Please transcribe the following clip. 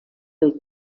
pel